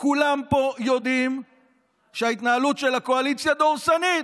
כולם פה יודעים שההתנהלות של הקואליציה דורסנית.